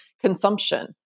consumption